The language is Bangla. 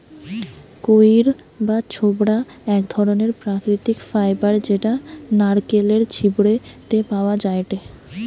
কইর বা ছোবড়া এক ধরণের প্রাকৃতিক ফাইবার যেটা নারকেলের ছিবড়ে তে পাওয়া যায়টে